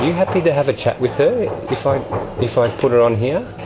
happy to have a chat with her, if i if i put her on here?